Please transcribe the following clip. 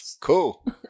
cool